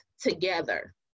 together